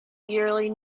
yearly